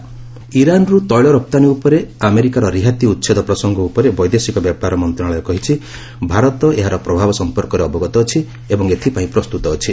MEI Iran ଇରାନ୍ରୁ ତେଳ ରପ୍ତାନୀ ଉପରେ ଆମେରିକାର ରିହାତି ଉଚ୍ଛେଦ ପ୍ରସଙ୍ଗ ଉପରେ ବୈଦେଶିକ ବ୍ୟାପାର ମନ୍ତ୍ରଣାଳୟ କହିଛି ଭାରତ ଏହାର ପ୍ରଭାବ ସମ୍ପର୍କରେ ଅବଗତ ଅଛି ଏବଂ ଏଥିପାଇଁ ପ୍ରସ୍ତୁତ ଅଛି